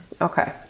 okay